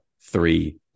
three